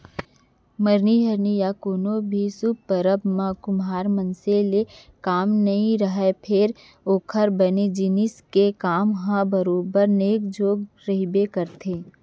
मरनी हरनी या कोनो भी सुभ परब म कुम्हार मनसे ले काम नइ रहय फेर ओकर बनाए जिनिस के काम ह बरोबर नेंग जोग रहिबे करथे